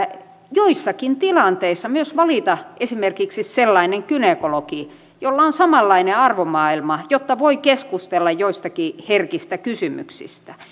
joissakin tilanteissa valita esimerkiksi sellainen gynekologi jolla on samanlainen arvomaailma jotta voi keskustella joistakin herkistä kysymyksistä